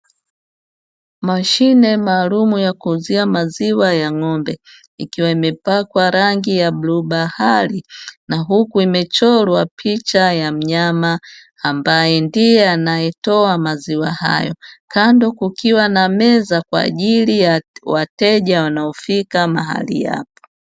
Mashine maalumu ya kuanzia maziwa ya ng'ombe, ikiwa imepakwa rangi ya bluu bahali na huku imechorwa picha ya mnyama. Ambaye ndiye anayetoa maziwa hayo kando kukiwa na meza, kwa ajili ya wateja wanaofika mahali hapa.